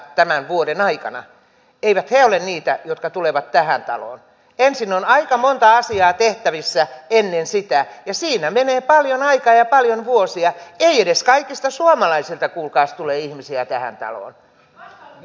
tämän vuoden aikana eikä se ole niitä jotka tulevat tähän taloon ensin on aika monta asiaa tehtävissä ennen sitä ja siinä menee paljon aikaa ja paljon vuosia kehityskaikista suomalaisista kuulkaas tule ihmisiä tähän taloon l